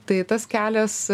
tai tas kelias